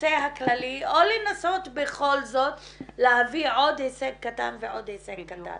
לנושא הכללי או לנסות בכל זאת להביא עוד הישג קטן ועוד הישג קטן.